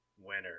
winner